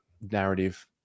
narrative